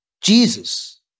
Jesus